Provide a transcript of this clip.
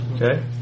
Okay